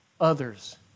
others